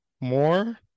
more